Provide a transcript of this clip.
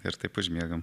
ir taip užmiegam